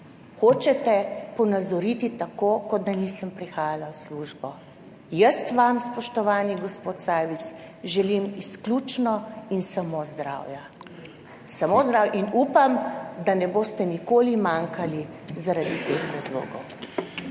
hočete ponazoriti tako, kot da nisem prihajala v službo. Jaz vam, spoštovani g. Sajovic, želim izključno in samo zdravja. Samo zdravje. In upam, da ne boste nikoli manjkali zaradi teh razlogov.